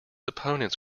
opponents